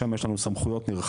שם יש לנו סמכויות נרחבות.